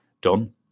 done